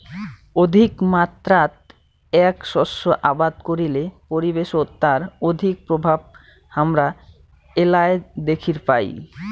অধিকমাত্রাত এ্যাক শস্য আবাদ করিলে পরিবেশত তার অধিক প্রভাব হামরা এ্যালায় দ্যাখির পাই